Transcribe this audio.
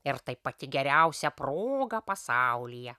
ir tai pati geriausia proga pasaulyje